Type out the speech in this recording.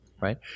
Right